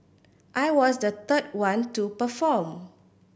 I was the third one to perform